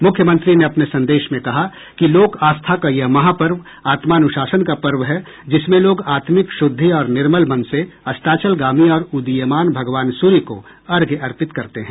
मुख्यमंत्री ने अपने संदेश में कहा कि लोक आस्था का यह महापर्व आत्मानुशासन का पर्व है जिसमें लोग आत्मिक शुद्धि और निर्मल मन से अस्ताचलगामी और उदीयमान भगवान सूर्य को अर्घ्य अर्पित करते हैं